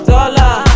Dollar